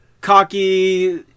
cocky